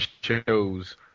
shows